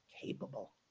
capable